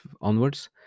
onwards